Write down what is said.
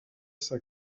ça